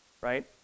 right